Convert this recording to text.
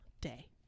day